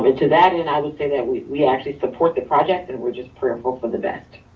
but to that end, i would say that we we actually support the project and we're just prayerful for the best.